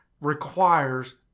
requires